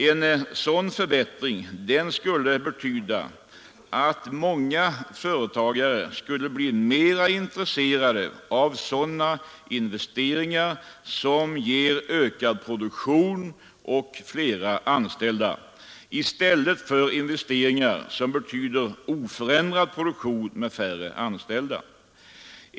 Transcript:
En sådan förbättring skulle betyda att många företagare skulle bli mer intresserade av sådana investeringar som ger ökad produktion och fler anställda än av investeringar som betyder oförändrad produktion med färre anställda.